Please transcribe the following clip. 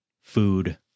food